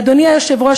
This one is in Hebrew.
אדוני היושב-ראש,